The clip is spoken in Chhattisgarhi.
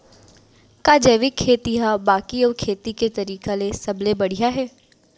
का जैविक खेती हा बाकी अऊ खेती के तरीका ले सबले बढ़िया हे?